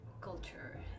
culture